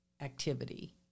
activity